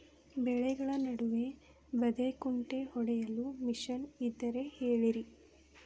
ಬೆಳೆಗಳ ನಡುವೆ ಬದೆಕುಂಟೆ ಹೊಡೆಯಲು ಮಿಷನ್ ಇದ್ದರೆ ಹೇಳಿರಿ